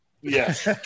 yes